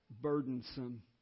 burdensome